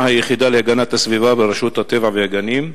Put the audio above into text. היחידה להגנת הסביבה ברשות הטבע והגנים,